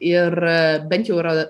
ir bent jau yra